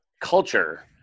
culture